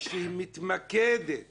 שמתמקדת